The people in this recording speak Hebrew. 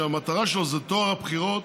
שהמטרה שלו היא טוהר הבחירות